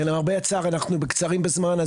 למרבה הצער, אנחנו קצרים בזמן.